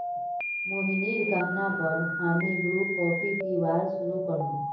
मोहिनीर कहना पर हामी ब्रू कॉफी पीबार शुरू कर नु